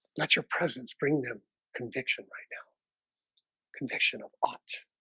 let your presence bring them conviction right now conviction of aught